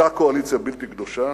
אותה קואליציה בלתי קדושה